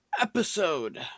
episode